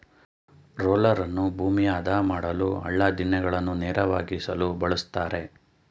ರೋಲರನ್ನು ಭೂಮಿಯ ಆದ ಮಾಡಲು, ಹಳ್ಳ ದಿಣ್ಣೆಗಳನ್ನು ನೇರವಾಗಿಸಲು ಬಳ್ಸತ್ತರೆ